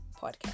Podcast